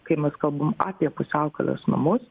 kai mes kalbam apie pusiaukelės namus